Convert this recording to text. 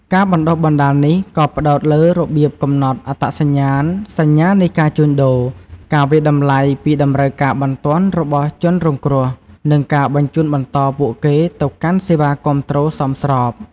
ការបណ្តុះបណ្តាលនេះក៏ផ្តោតលើរបៀបកំណត់អត្តសញ្ញាណសញ្ញានៃការជួញដូរ ការវាយតម្លៃពីតម្រូវការបន្ទាន់របស់ជនរងគ្រោះ និងការបញ្ជូនបន្តពួកគេទៅកាន់សេវាគាំទ្រសមស្រប។